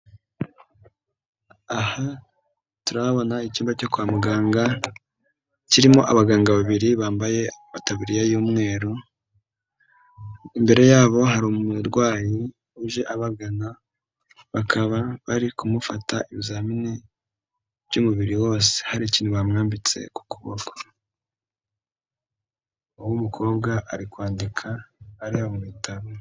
Aha turabona icyumba cyo kwa muganga kirimo abaganga babiri bambaye amataburiya y'umweru, imbere yabo hari umurwayi uje abagana bakaba bari kumufata ibizamini by'umubiri wose, hari ikintu bamwambitse ku kuboko, uw'umukobwa ari kwandika areba mu bitabo.